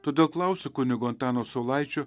todėl klausiu kunigo antano saulaičio